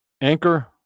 Anchor